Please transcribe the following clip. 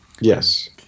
Yes